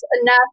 enough